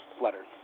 Letter